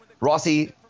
Rossi